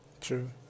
True